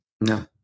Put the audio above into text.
No